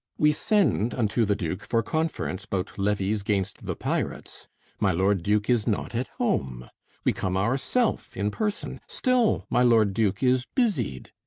we send unto the duke for conference about levies gainst the pirates my lord duke is not at home we come ourself in person still my lord duke is busied.